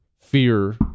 fear